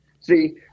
See